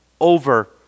over